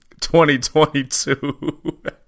2022